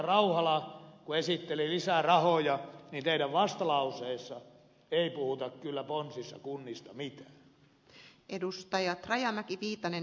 rauhala esitteli lisärahoja niin teidän vastalauseissanne ei ponsissa puhuta kyllä kunnista mitään